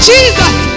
Jesus